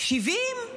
70,